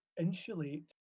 insulate